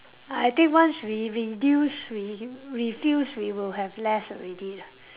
I think once we reduce we refuse we will have less already lah